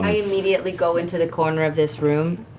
um immediately go into the corner of this room,